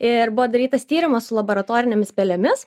ir buvo darytas tyrimas su laboratorinėmis pelėmis